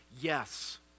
yes